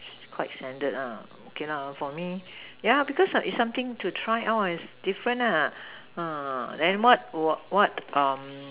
quite standard lah okay lah for me yeah because it's something to try out as different nah then what of what um